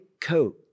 coat